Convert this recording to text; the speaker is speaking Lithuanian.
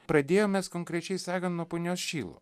pradėjom mes konkrečiai sakant nuo punios šilo